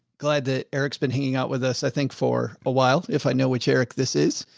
glad that eric's been hanging out with us. i think for a while, if i know which eric, this is,